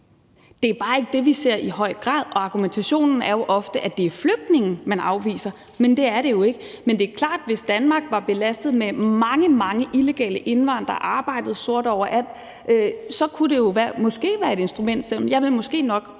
Det er bare ikke det, vi ser i høj grad, og argumentationen er jo ofte, at det er flygtninge, man afviser, men det er det jo ikke. Men det er klart, at hvis Danmark var belastet med mange, mange illegale indvandrere, der arbejdede sort overalt, så kunne det måske være et instrument, selv om jeg måske nok